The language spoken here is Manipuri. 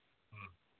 ꯎꯝ